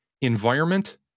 environment